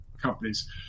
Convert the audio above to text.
companies